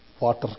water